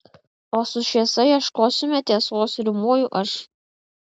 o su šviesa ieškosime tiesos rimuoju aš